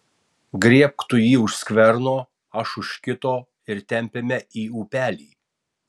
griebk tu jį už skverno aš už kito ir tempiame į upelį